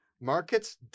Markets